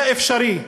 זה אפשרי.